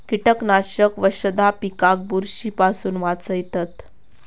कीटकनाशक वशधा पिकाक बुरशी पासून वाचयतत